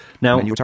Now